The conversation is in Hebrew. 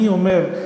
אני אומר,